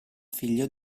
figlio